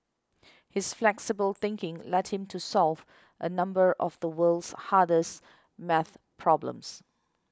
his flexible thinking led him to solve a number of the world's hardest math problems